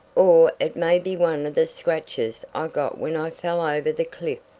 or it may be one of the scratches i got when i fell over the cliff.